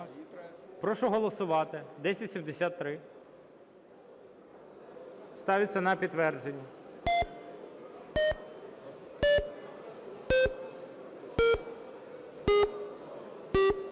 прошу голосувати 1073, ставиться на підтвердження.